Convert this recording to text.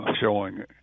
showing